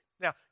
Now